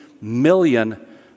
million